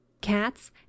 cats